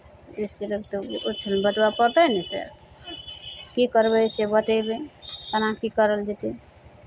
इसभके तऽ किछु बतबय पड़तै ने फेर की करबै से बतयबे केना की करल जेतै